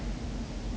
你听明白吗